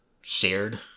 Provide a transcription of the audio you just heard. shared